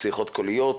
שיחות קוליות,